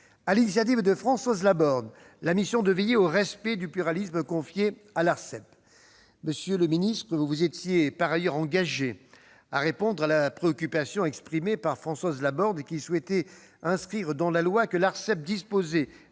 l'initiative de Françoise Laborde, la mission de veiller au respect du pluralisme confiée à l'Arcep. Monsieur le ministre, vous vous étiez par ailleurs engagé à répondre à la préoccupation exprimée par Françoise Laborde, qui souhaitait inscrire dans la loi que l'Arcep disposait